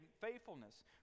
faithfulness